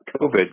COVID